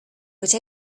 but